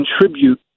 contribute